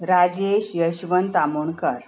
Rajesh Yashwant Amonkar